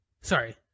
Sorry